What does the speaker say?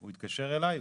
הוא התקשר אליי.